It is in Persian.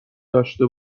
داشته